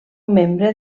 membre